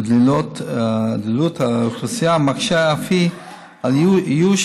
ודלילות האוכלוסייה מקשה אף היא על איוש